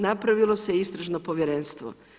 Napravilo se istražno povjerenstvo.